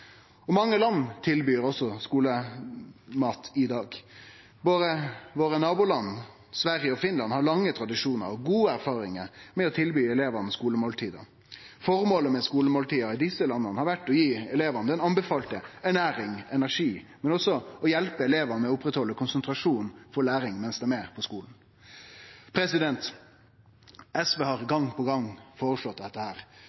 Mange land tilbyr også skulemat i dag. Våre naboland Sverige og Finland har lange tradisjonar og gode erfaringar med å tilby elevane skulemåltid. Føremålet med skulemåltida i desse landa har vore å gi elevane den anbefalte ernæringa, energien, men også å hjelpe elevane til å oppretthalde konsentrasjonen for læring mens dei er på skulen. SV har gong på gong foreslått dette.